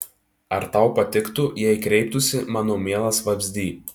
ar tau patiktų jei kreiptųsi mano mielas vabzdy